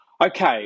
Okay